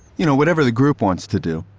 you know, whatever the group wants to do.